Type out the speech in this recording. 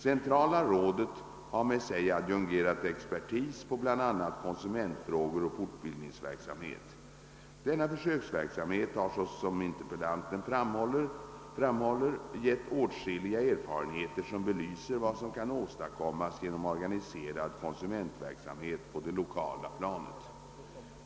Centrala rådet har med sig adjungerat expertis på bl.a. konsumentfrågor och fortbildningsverksamhet. Denna försöksverksamhet har såsom interpellanten framhåller givit åtskilliga erfarenheter som belyser vad som kan åstadkommas genom organiserad konsumentverksamhet på det lokala planet.